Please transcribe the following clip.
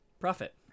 profit